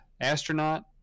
astronaut